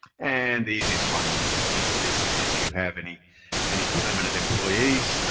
and the easiest one to think of this is if you have any any permanent employees,